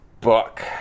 book